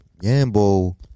Yambo